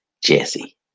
Jesse